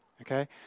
okay